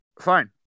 fine